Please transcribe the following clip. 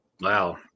Wow